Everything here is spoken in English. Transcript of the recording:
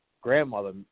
grandmother